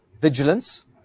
vigilance